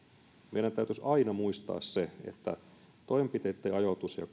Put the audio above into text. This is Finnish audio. meidän täytyisi aina muistaa että toimenpiteiden ajoituksesta ja